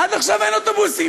עד עכשיו אין אוטובוס.